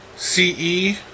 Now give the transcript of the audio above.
C-E